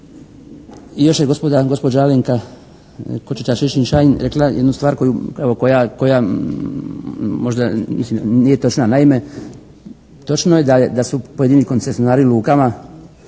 I još je gospođa Alenka Košiša Čičin-Šain rekla jednu stvar evo koja možda, mislim nije točna. Naime, točno je da su pojedini koncesionari u lukama